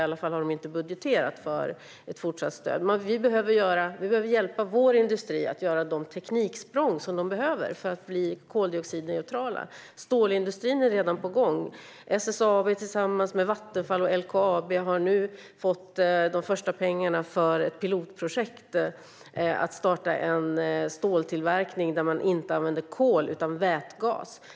I alla fall har de inte budgeterat för ett fortsatt stöd. Vad vi behöver göra är att hjälpa vår industri att göra de tekniksprång som de behöver för att bli koldioxidneutrala. Stålindustrin är redan på gång. SSAB tillsammans med Vattenfall och LKAB har nu fått de första pengarna för ett pilotprojekt som handlar om att starta en ståltillverkning där man inte använder kol utan vätgas.